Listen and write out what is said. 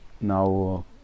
now